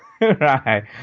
right